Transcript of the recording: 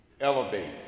elevate